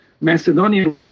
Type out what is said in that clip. Macedonia